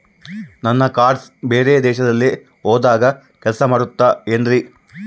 ನನ್ನ ಕಾರ್ಡ್ಸ್ ಬೇರೆ ದೇಶದಲ್ಲಿ ಹೋದಾಗ ಕೆಲಸ ಮಾಡುತ್ತದೆ ಏನ್ರಿ?